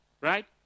Right